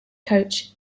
coach